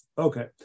Okay